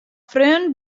freonen